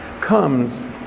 comes